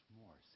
more